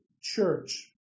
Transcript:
church